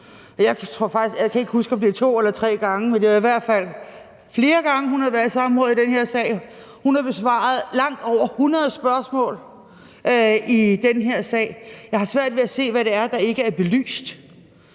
jeg kan ikke huske, om det er to eller tre gange, men det er i hvert fald flere gange, hun har været samråd i den her sag. Hun har besvaret langt over 100 spørgsmål i den her sag. Jeg har svært ved at se, hvad det er, der ikke er belyst.